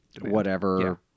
Whatever-